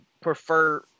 prefer –